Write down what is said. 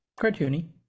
cartoony